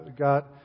got